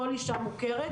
כל אישה מוכרת,